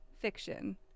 fiction